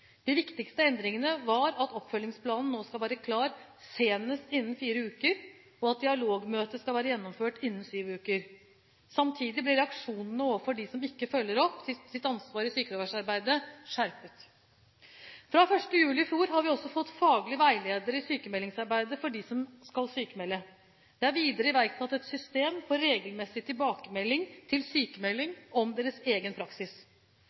De viktigste endringene var at oppfølgingsplanen nå skal være klar senest innen fire uker, og at dialogmøtet skal være gjennomført innen sju uker. Samtidig blir reaksjonene overfor dem som ikke følger opp sitt ansvar i sykefraværsarbeidet, skjerpet. Fra 1. juli i fjor har vi også fått faglige veiledere i sykmeldingsarbeidet for dem som skal sykmelde. Det er videre iverksatt et system for regelmessige tilbakemeldinger til sykmelder om deres egen praksis.